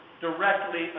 directly